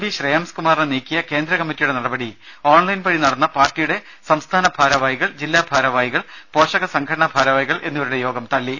V Shreyams കുമാറിനെ നീക്കിയ കേന്ദ്ര കമ്മറ്റിയുടെ നടപടി ഓൺലൈൻ വഴി നടന്ന പാർട്ടിയുടെ സംസ്ഥാന ഭാരവാഹികൾ ജില്ലാ ഭാരവാഹികൾ പോഷകസംഘടനാ ഭാരവാഹികൾ എന്നിവരുടെ യോഗം തള്ളി